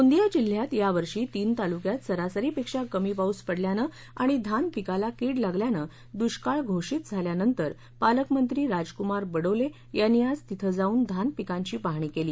गोंदिया जिल्यात यावर्षी तीन तालुक्यात सरासरीपेक्षा कमी पाऊस पडल्यानं आणि धान पिकाला कीड लागल्यानं दुष्काळ घोषित झाल्यानंतर पालकमंत्री राजकुमार बडोले यांनी आज तिथं जाऊन धान पिकांची पाहणी केली